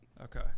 Okay